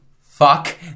Fuck